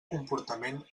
comportament